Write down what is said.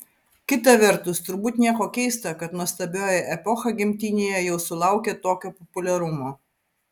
kita vertus turbūt nieko keista kad nuostabioji epocha gimtinėje jau sulaukė tokio populiarumo